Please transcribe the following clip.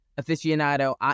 aficionado